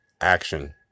action